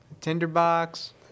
tinderbox